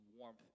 warmth